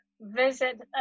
visit